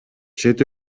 чет